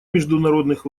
международных